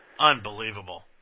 Unbelievable